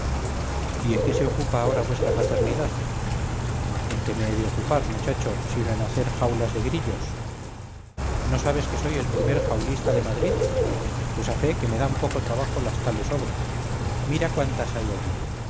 y en qué se ocupa ahora vuestra paternidad en qué me he de ocupar muchacho sino en hacer jaulas de grillos no sabes que soy el primer jaulista de madrid pues a fe que me dan poco trabajo las tales obras mira cuántas hay allí